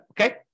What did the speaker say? Okay